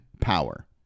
power